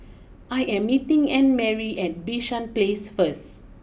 I am meeting Annmarie at Bishan place first